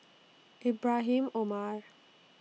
Ibrahim Omar